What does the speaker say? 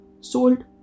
sold